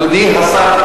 אדוני השר,